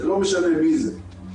ולא משנה מי זה,